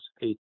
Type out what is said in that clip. eight